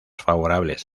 favorables